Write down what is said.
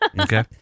Okay